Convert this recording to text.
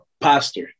pastor